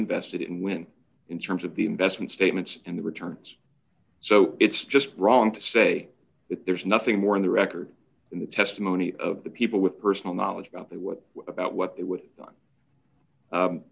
invested in when in terms of the investment statements and the returns so it's just wrong to say that there's nothing more in the record than the testimony of the people with personal knowledge about the what about what they would